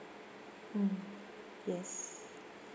mm yes